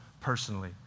personally